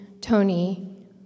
Tony